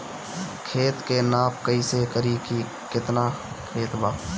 खेत के नाप कइसे करी की केतना खेत बा?